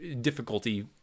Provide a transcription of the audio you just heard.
difficulty